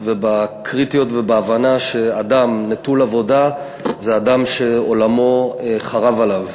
לקריטיות ולהבנה שאדם נטול עבודה הוא אדם שעולמו חרב עליו.